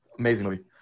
Amazingly